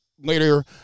later